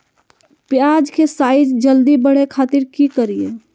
प्याज के साइज जल्दी बड़े खातिर की करियय?